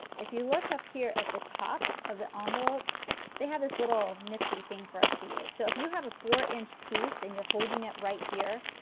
if you look up here at the top of the um envelope they have this little nifty thing for us to use. so if you have a four-inch piece and you are holding it right here,